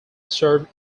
served